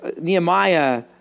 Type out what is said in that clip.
Nehemiah